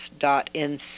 NC